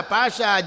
Pasha